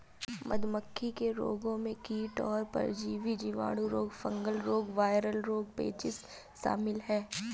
मधुमक्खी के रोगों में कीट और परजीवी, जीवाणु रोग, फंगल रोग, वायरल रोग, पेचिश शामिल है